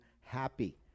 happy